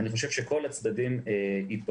אני חושב שכל הצדדים ייפגעו.